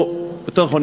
או יותר נכון,